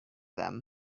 them